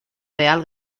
real